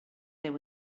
there